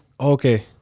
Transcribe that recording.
okay